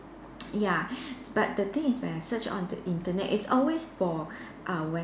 ya but the thing is when I search on the Internet it's always for uh Wes~